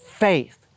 faith